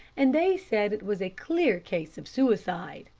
and they said it was a clear case of suicide.